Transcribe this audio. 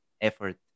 effort